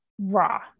raw